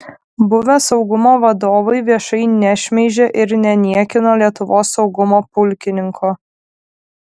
buvę saugumo vadovai viešai nešmeižė ir neniekino lietuvos saugumo pulkininko